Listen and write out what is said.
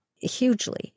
hugely